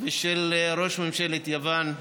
ושל ראש ממשלת יוון,